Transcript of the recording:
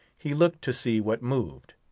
he looked to see what moved.